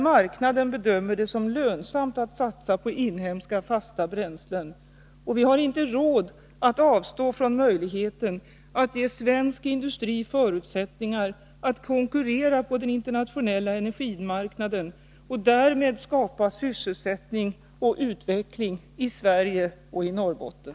marknaden bedömer det som lönsamt att satsa på inhemska fasta bränslen. Vi har inte råd att avstå från möjligheten att ge svensk industri Nr 143 förutsättningar att konkurrera på den internationella energimarknaden och : Rs :; Tisdagen den därmed skapa sysselsättning och utveckling i Sverige och i Norrbotten.